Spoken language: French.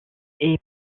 est